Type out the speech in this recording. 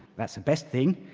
that's the best thing,